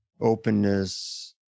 openness